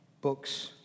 books